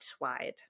wide